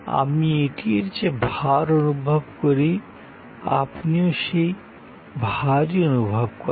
আমি এটির যে ভার অনুভব করি আপনিও সেই ভারই অনুভব করেন